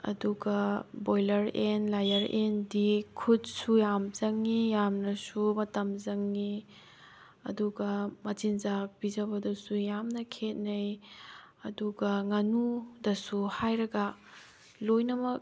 ꯑꯗꯨꯒ ꯕꯣꯏꯂꯔ ꯌꯦꯟ ꯂꯥꯏꯌꯔ ꯌꯦꯟꯗꯤ ꯈꯨꯠꯁꯨ ꯌꯥꯝ ꯆꯪꯉꯤ ꯌꯥꯝꯅꯁꯨ ꯃꯇꯝ ꯆꯪꯉꯤ ꯑꯗꯨꯒ ꯃꯆꯤꯟꯆꯥꯛ ꯄꯤꯖꯕꯗꯁꯨ ꯌꯥꯝꯅ ꯈꯦꯠꯅꯩ ꯑꯗꯨꯒ ꯉꯥꯅꯨꯗꯁꯨ ꯍꯥꯏꯔꯒ ꯂꯣꯏꯅꯃꯛ